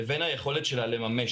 לבין היכולת שלה לממש,